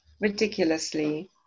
ridiculously